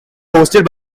hosted